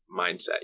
mindset